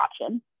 option